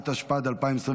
התשפ"ד 2024,